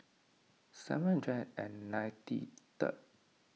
seven hundred and ninety third